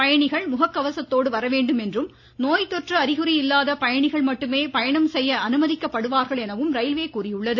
பயணிகள் முககவசத்தோடு வரவேண்டும் என்றும் நோய் தொற்று அறிகுறி இல்லாத பயணிகள் மட்டுமே பயணம் செய்ய அனுமதிக்கப்படுவார்கள் எனவும் அறிவிக்கப்பட்டுள்ளது